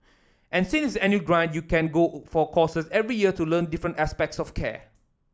and since annual grant you can go for courses every year to learn different aspects of care